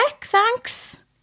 Thanks